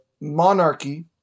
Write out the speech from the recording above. monarchy